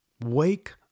Wake